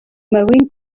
marine